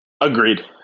agreed